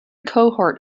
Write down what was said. cohort